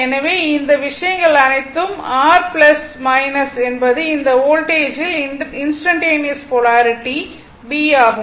எனவே இந்த விஷயங்கள் அனைத்தும் r என்பது இந்த வோல்ட்டேஜில் இன்ஸ்டன்டனியஸ் போலாரிட்டி V ஆகும்